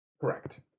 correct